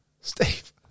Steve